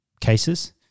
cases